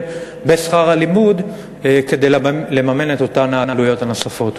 בשכר הלימוד כדי לממן את אותן העלויות הנוספות.